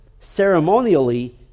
ceremonially